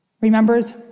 Remembers